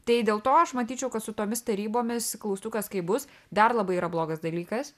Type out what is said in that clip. tai dėl to aš matyčiau kad su tomis tarybomis klaustukas kaip bus dar labai yra blogas dalykas